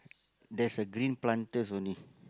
there's a green planters only